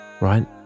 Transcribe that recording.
Right